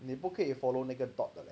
你不可以 follow 那个 dot 的 leh